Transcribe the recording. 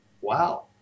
Wow